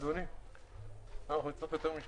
אם אין אנחנו נעבור להצבעה.